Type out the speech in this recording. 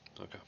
okay